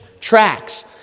tracks